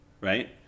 right